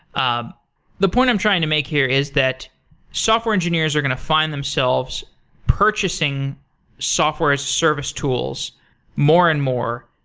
um the point i'm trying to make here is that software engineers are going to find themselves purchasing software as a service tools more and more,